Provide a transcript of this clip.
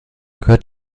gehört